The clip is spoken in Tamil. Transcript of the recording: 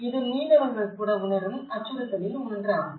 இது மீனவர்கள் கூட உணரும் அச்சுறுத்தலில் ஒன்றாகும்